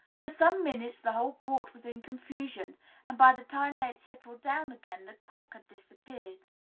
for some minutes the whole court was in confusion and by the time they had settled down again, the cook had disappeared.